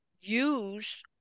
use